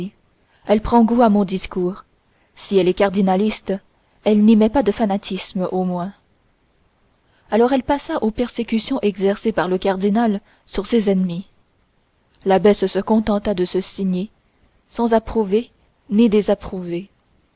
elle prend goût à mon discours si elle est cardinaliste elle n'y met pas de fanatisme au moins alors elle passa aux persécutions exercées par le cardinal sur ses ennemis l'abbesse se contenta de se signer sans approuver